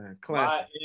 Classic